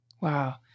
Wow